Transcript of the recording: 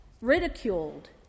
ridiculed